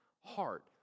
heart